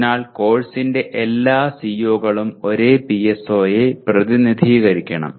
അതിനാൽ കോഴ്സിന്റെ എല്ലാ CO കളും ഒരേ PSO യെ പ്രതിനിധീകരിക്കണം